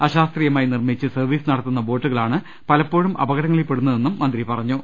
അശാസ്ത്രീയമായി നിർമ്മിച്ച് സർവ്വീസ് നട ത്തുന്ന ബോട്ടുകളാണ് പലപ്പോഴും അപകടങ്ങളിൽപ്പെടുന്നതെന്ന് മന്ത്രി പറഞ്ഞു